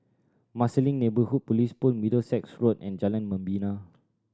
Marsiling Neighbourhood Police Post Middlesex Road and Jalan Membina